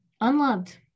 unloved